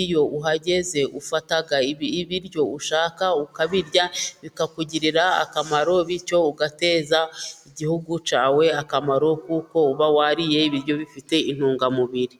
iyo uhageze ufata ibiryo ushaka ukabirya bikakugirira akamaro, bityo ugateza igihugu cyawe akamaro kuko uba wariye ibiryo bifite intungamubiri.